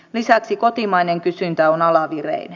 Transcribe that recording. lisäksi kotimainen kysyntä on alavireinen